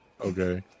Okay